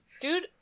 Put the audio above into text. Dude